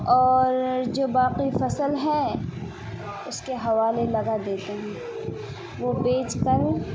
اور جو باقی فصل ہیں اس کے حوالے لگا دیتے ہیں وہ بیچ کر